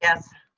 yes.